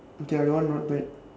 okay that one not bad